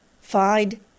find